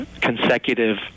consecutive